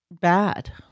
bad